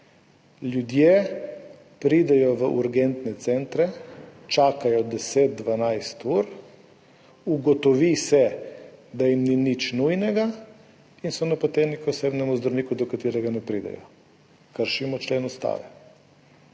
ljudje pridejo v urgentne centre, čakajo 10, 12 ur, ugotovi se, da jim ni nič nujnega, in so napoteni k osebnemu zdravniku, do katerega ne pridejo. Kršimo člen Ustave.